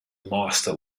master